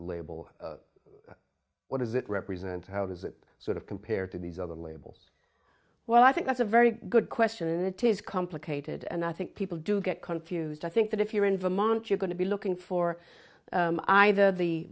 label what does it represent how does it sort of compare to these other labels well i think that's a very good question and it is complicated and i think people do get confused i think that if you're in vermont you're going to be looking for either the